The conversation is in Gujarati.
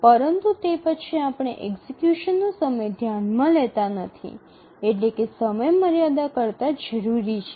પરંતુ તે પછી આપણે એક્ઝિકયુશનનો સમય ધ્યાનમાં લેતા નથી એટલે કે સમયમર્યાદા કરતાં જરૂરી છે